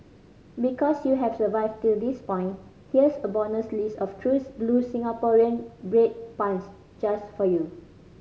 because you have survived till this point here's a bonus list of true blue Singaporean bread puns just for you